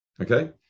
Okay